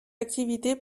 activité